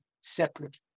separate